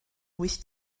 wyth